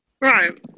right